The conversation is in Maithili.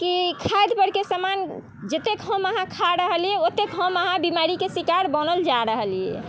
कि खाद परके समान जतेक हम अहाँ खा रहलियै ओतेक हम अहाँ बीमारीके शिकार बनल जा रहलियै